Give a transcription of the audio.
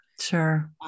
sure